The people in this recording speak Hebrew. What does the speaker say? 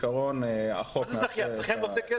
כעקרון החוק מאפשר את ה- -- הזכיין רוצה כסף.